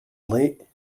late